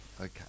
Okay